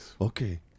Okay